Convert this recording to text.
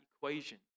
equation